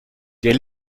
der